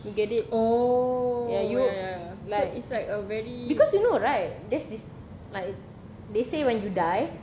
you get it ya you like because you know right there's this like they say when you die